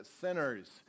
sinners